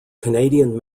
canadian